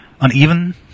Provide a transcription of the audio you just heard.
uneven